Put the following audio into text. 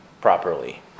properly